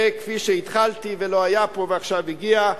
וכפי שהתחלתי ולא היה פה ועכשיו הגיע,